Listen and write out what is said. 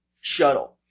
shuttle